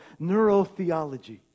neurotheology